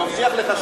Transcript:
אני מבטיח לך שלא.